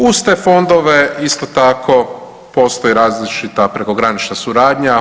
Uz te fondove isto tako postoji različita prekogranična suradnja.